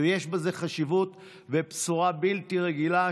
יש בזה חשיבות ובשורה בלתי רגילה,